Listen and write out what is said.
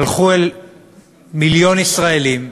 הלכו אל מיליון ישראלים,